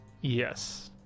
Yes